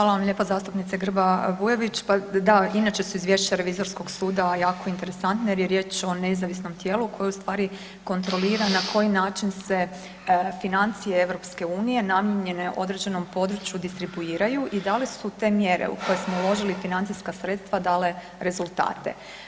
Hvala vam lijepa zastupnice Grba Bujević, pa da inače su izvješća revizorskog suda jako interesantna jer je riječ o nezavisnom tijelu koje u stvari kontrolira na koji način se financije EU namijenjene određenom području distribuiraju i da li su te mjere u koje smo uložili financijska sredstva dale rezultate.